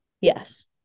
yes